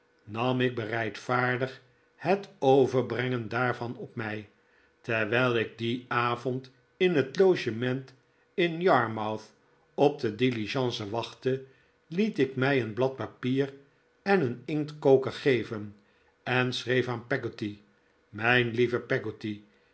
nam ik bereidvaardig het overbrengen daarvan op mij terwijl ik dien avond in het logement in yarmouth op de diligence wachtte liet ik mij een blad papier en een inktkoker geven en schreef aan peggotty mijn lieve